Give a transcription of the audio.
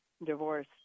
divorce